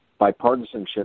bipartisanship